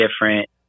different